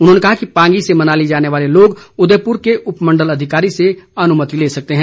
उन्होंने कहा कि पांगी से मनाली जाने वाले लोग उदयपुर के उपमंडल अधिकारी से अनुमति ले सकते हैं